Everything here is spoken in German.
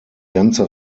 ganze